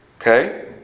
Okay